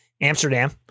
amsterdam